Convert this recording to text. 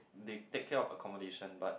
they take care of the accommodation but